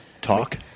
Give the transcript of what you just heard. Talk